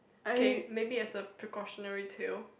okay maybe as a precautionary tale